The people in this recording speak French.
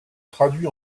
traduits